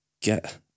get